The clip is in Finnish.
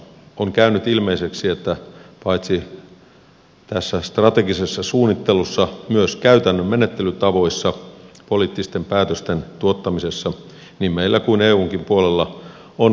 on käynyt ilmeiseksi että paitsi tässä strategisessa suunnittelussa myös käytännön menettelytavoissa poliittisten päätösten tuottamisessa niin meillä kuin eunkin puolella on kehittämisen varaa